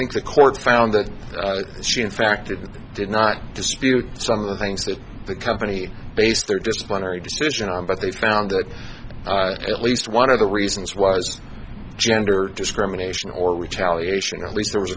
think the court found that she in fact it did not dispute some of the things that the company based their disciplinary decision on but they found that at least one of the reasons was gender discrimination or which allegation at least there was